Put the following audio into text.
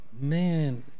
man